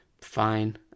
Fine